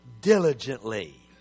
diligently